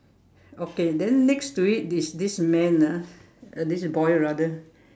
okay then next to it is this man ah uh this boy rather